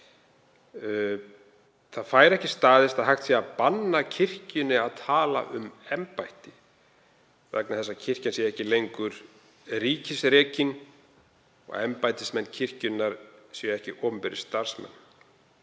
Það fær ekki staðist að hægt sé að banna kirkjunni að tala um embætti vegna þess að kirkjan sé ekki lengur ríkisrekin og embættismenn kirkjunnar séu ekki opinberir starfsmenn.